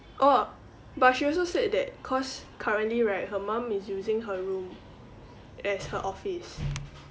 oh but she also said that cause currently right her mum is using her room as her office